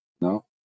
No